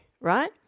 right